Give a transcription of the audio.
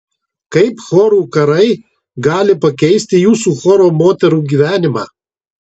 kaip chorų karai gali pakeisti jūsų choro moterų gyvenimą